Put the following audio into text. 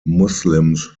muslims